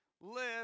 live